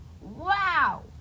Wow